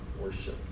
worship